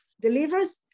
delivers